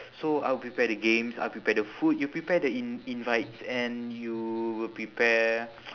so I'll prepare the games I'll prepare the food you prepare the in~ invites and you will prepare